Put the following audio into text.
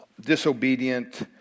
disobedient